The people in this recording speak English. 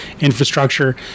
infrastructure